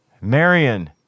Marion